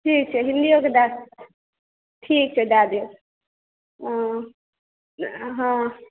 ठीक छै हिन्दियो के दए ठीक छै दए देब हँ हँ